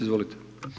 Izvolite.